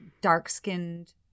dark-skinned